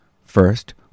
first